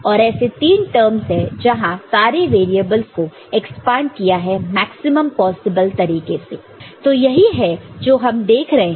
और ऐसे तीन टर्म्स है जहां सारे वैरियेबल्स को एक्सपांड किया है मैक्सिमम पॉसिबल तरीके में तो यही है जो हम देख रहे हैं